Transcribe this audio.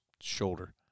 shoulder